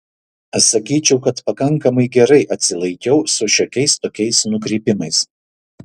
sakyčiau kad pakankamai gerai atsilaikiau su šiokiais tokiais nukrypimais